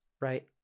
right